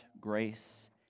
grace